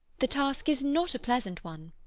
the task is not a pleasant one.